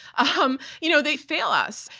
um you know, they fail us.